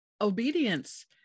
obedience